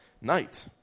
night